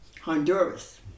Honduras